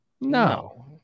No